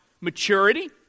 maturity